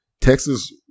Texas